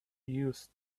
used